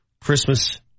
Christmas